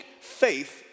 faith